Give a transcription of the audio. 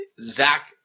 Zach –